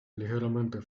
ligeramente